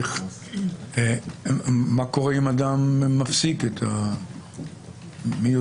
מה קורה אם אדם מפסיק מיוזמתו?